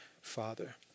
Father